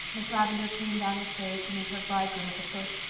miss lavendar came down the stairs to meet her bridegroom at the foot,